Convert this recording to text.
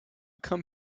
come